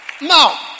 Now